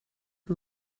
who